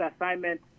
assignment